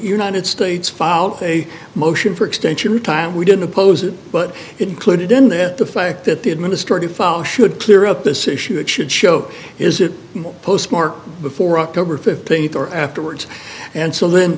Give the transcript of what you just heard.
united states filed a motion for extension of time we didn't oppose it but it included in that the fact that the administrative file should clear up this issue it should show is it postmarked before october fifteenth or afterwards and so then